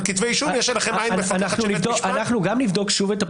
על כתבי אישום יש לכם עין מפקחת של בית משפט.